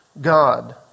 God